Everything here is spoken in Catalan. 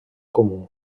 comú